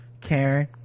Karen